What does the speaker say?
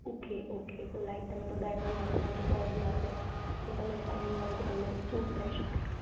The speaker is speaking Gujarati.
ઓકે ઓકે તો લાઈક તમે તો ડાયમંડવાળું તમારું જે પ્લજમાં એ તમે સાઇનિંગવાળું જે તમને સૂટ થઈ શકે